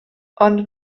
ond